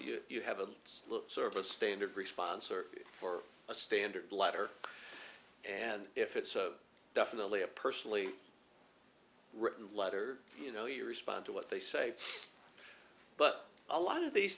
you you have a sort of standard response or for a standard letter and if it's definitely a personally written letter you know you respond to what they say but a lot of these